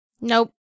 Nope